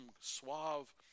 suave